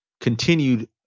continued